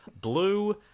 Blue